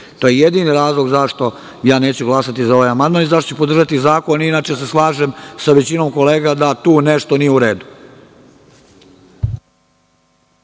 To je jedini razlog zašto ja neću glasati za ovaj amandman i zašto ću podržati zakon. Inače se slažem sa većinom kolega da tu nešto nije u redu.